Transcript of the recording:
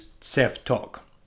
self-talk